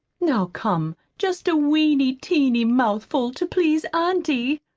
now, come, just a weeny, teeny mouthful to please auntie!